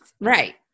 right